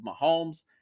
Mahomes